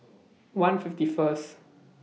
one fifty First